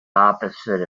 opposite